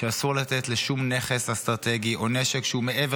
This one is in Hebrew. שאסור לתת לשום נכס אסטרטגי או נשק שהוא מעבר